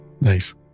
nice